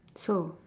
so